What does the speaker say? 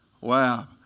Wow